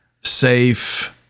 safe